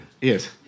Yes